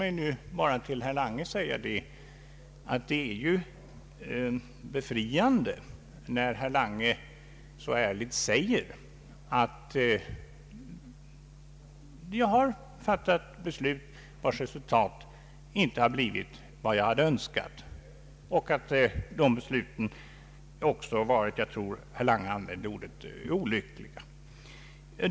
Till herr Lange vill jag bara säga att det är befriande när herr Lange så ärligt säger att han har fattat beslut vilkas resultat inte hade blivit vad han hade önskat. Jag tror att herr Lange också om dessa beslut använde ordet ”olyckliga”.